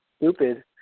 stupid